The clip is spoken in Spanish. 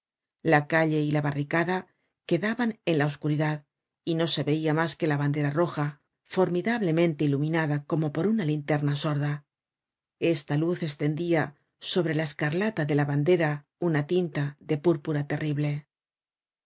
la calle y la barricada quedaban en la oscuridad y no se veia mas que la bandera roja formidablemente iluminada como por una linterna sorda esta luz estendia sobre la escarlata de la bandera una tinta de púrpura terrible